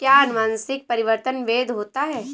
क्या अनुवंशिक परिवर्तन वैध होता है?